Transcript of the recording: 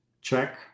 Check